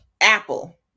Apple